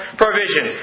provision